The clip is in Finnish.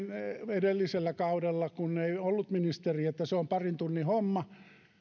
edellisellä kaudella silloin kun ei ollut ministeri että se on parin tunnin homma